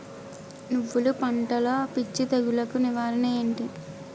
నువ్వులు పంటలో పిచ్చి తెగులకి నివారణ ఏంటి?